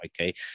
okay